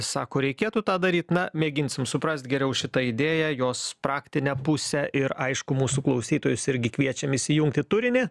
sako reikėtų tą daryt na mėginsim suprast geriau šitą idėją jos praktinę pusę ir aišku mūsų klausytojus irgi kviečiam įsijungt į turinį